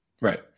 Right